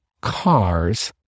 cars